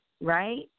right